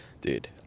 Dude